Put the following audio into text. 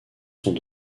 sont